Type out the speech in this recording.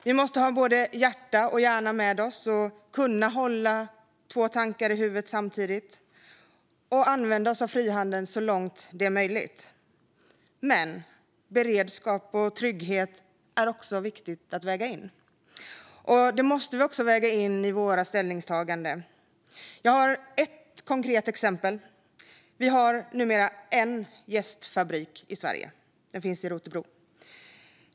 Vi måste ha både hjärta och hjärna med oss, kunna hålla två tankar i huvudet samtidigt och använda oss av frihandeln så långt det är möjligt. Men beredskap och trygghet är också viktigt, och även det måste vi väga in i våra ställningstaganden. Jag har ett konkret exempel. Vi har numera endast en jästfabrik i Sverige. Den finns i Rotebro.